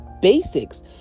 basics